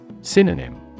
Synonym